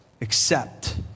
Accept